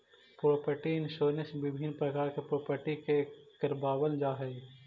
property insurance विभिन्न प्रकार के प्रॉपर्टी के करवावल जाऽ हई